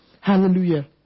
Hallelujah